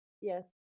yes